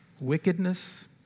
wickedness